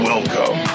Welcome